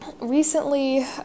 recently